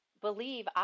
believe